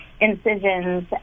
incisions